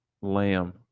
lamb